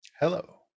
hello